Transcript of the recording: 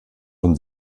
von